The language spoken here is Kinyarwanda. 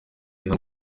hamwe